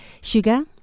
sugar